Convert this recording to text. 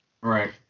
Right